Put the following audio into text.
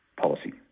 policy